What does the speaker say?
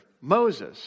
Moses